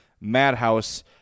MADHOUSE